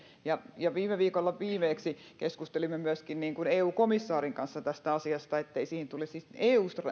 ja ja viime viikolla viimeksi keskustelimme myöskin eu komissaarin kanssa tästä asiasta siitä ettei eun